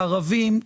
ערבים,